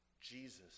Jesus